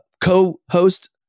co-host